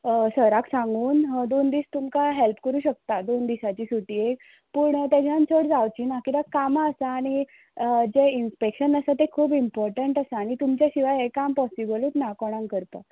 सराक सांगून हांव दोन दीस तुमकां हॅल्प करूंक शकता दोन दिसाची सुटयेक पूण तेज्यान चड जावची ना कित्याक कामां आसा आनी जें इन्स्पॅक्शन आसा तें खूब इम्पॉटंट आसा आनी तुमच्या शिवाय हें काम पॉसिबलूत ना कोणांक करपाक